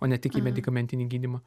o ne tik į medikamentinį gydymą